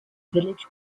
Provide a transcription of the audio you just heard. village